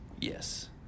Yes